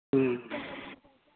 ठीक है